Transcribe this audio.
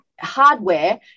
hardware